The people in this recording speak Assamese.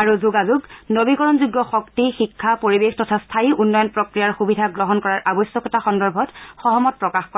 আৰু যোগাযোগ নবীকৰণযোগ্য শক্তি শিক্ষা পৰিৱেশ তথা স্থায়ী উন্নয়ন প্ৰক্ৰিয়াৰ সুবিধা গ্ৰহণ কৰাৰ আৱশ্যকতা সন্দৰ্ভত সহমত প্ৰকাশ কৰে